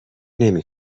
نمی